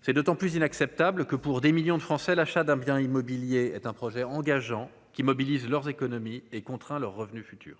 C'est d'autant plus inacceptable que pour des millions de Français, l'achat d'un bien immobilier est un projet engageant qui mobilisent leurs économies et contraint leurs revenus futurs.